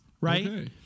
right